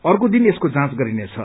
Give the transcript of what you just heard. आर्कदिन यसको जाँच गरिनेछ